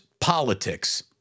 Politics